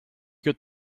could